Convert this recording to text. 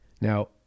Now